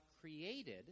created